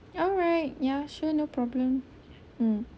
alright yeah sure no problem mm